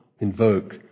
invoke